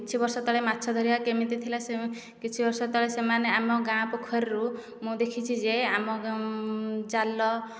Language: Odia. କିଛି ବର୍ଷ ତଳେ ମାଛ ଧରିବା କେମିତି ଥିଲା କିଛି ବର୍ଷ ତଳେ ସେମାନେ ଆମ ଗାଁ ପୋଖରୀରୁ ମୁଁ ଦେଖିଛି ଯେ ଆମ ଜାଲ